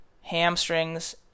hamstrings